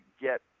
get